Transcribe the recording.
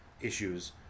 issues